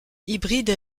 hybride